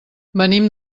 venim